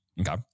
Okay